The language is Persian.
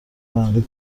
بندی